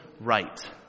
right